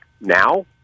now